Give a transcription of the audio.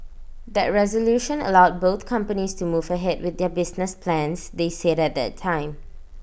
that resolution allowed both companies to move ahead with their business plans they said at the time